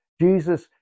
Jesus